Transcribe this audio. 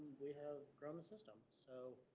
we have grown the system. so